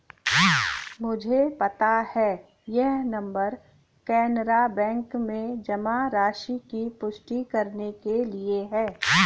मुझे पता है यह नंबर कैनरा बैंक में जमा राशि की पुष्टि करने के लिए है